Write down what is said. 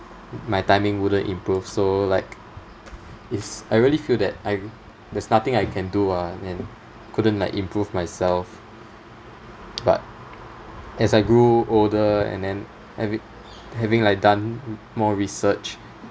my timing wouldn't improve so like it's I really feel that I there's nothing I can do ah and couldn't like improve myself but as I grew older and then having having like done more research